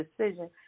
decision